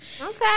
Okay